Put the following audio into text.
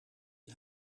het